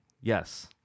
yes